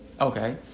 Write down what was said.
Okay